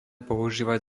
používať